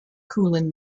kulin